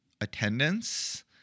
attendance